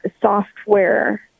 software